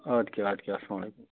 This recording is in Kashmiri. آدٕ کیٛاہ اَدٕ کیٛاہ اسلام علیکُم